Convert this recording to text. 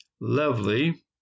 lovely